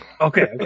Okay